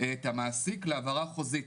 את המעסיק להבהרה חוזי: